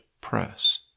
Press